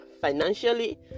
financially